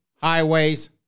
highways